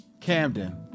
Camden